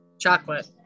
Chocolate